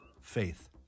Faith